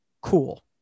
cool